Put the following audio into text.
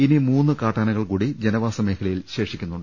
ഇനി മൂന്ന് കാട്ടാനകൾ കൂടി ജനവാസമേഖലയിൽ ശേഷിക്കുന്നുണ്ട്